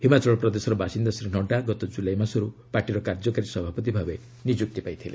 ହିମାଚଳ ପ୍ରଦେଶର ବାସିନ୍ଦା ଶ୍ରୀ ନଡ୍ଗା ଗତ କୁଲାଇ ମାସରୁ ପାର୍ଟିର କାର୍ଯ୍ୟକାରୀ ସଭାପତି ଭାବେ ନିଯ୍ୟକ୍ତି ପାଇଥିଲେ